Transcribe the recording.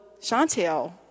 Chantel